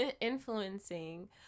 influencing